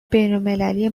بینالمللی